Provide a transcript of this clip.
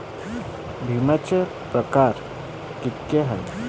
बिम्याचे परकार कितीक हाय?